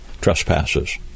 trespasses